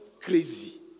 crazy